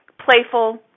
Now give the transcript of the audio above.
playful